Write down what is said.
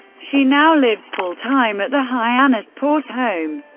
she now lives full-time at the hyannis port home.